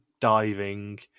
diving